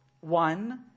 one